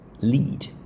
lead